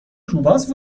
روباز